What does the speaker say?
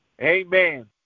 Amen